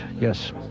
yes